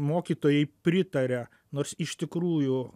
mokytojai pritaria nors iš tikrųjų